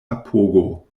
apogo